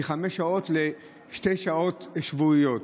מחמש שעות לשעתיים שבועיות.